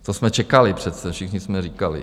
To jsme čekali, přece všichni jsme říkali.